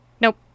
Nope